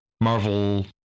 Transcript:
Marvel